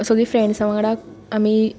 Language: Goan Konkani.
सगलीं फ्रेंड्सां वांगडा आमी